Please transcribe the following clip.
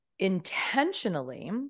intentionally